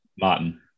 Martin